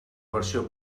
versió